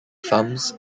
thumbs